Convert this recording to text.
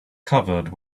covered